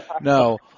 no